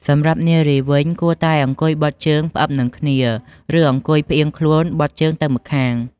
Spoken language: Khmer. សម្រាប់នារីវិញ គួរតែអង្គុយបត់ជើងផ្អឹបនឹងគ្នា ឬអង្គុយផ្អៀងខ្លួនបត់ជើងទៅម្ខាង។